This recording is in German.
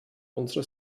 unsere